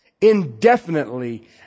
indefinitely